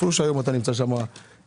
למרות שהיום אתה נמצא שם כמנכ"ל.